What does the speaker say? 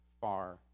far